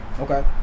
Okay